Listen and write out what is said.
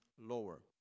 lower